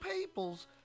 people's